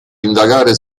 indagare